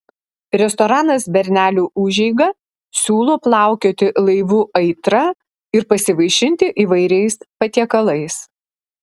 restoranas bernelių užeiga siūlo plaukioti laivu aitra ir pasivaišinti įvairiais patiekalais